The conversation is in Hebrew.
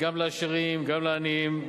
גם לעשירים וגם לעניים,